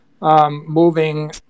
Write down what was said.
moving